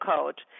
Code